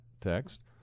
text